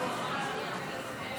עליזה.